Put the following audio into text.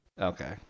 Okay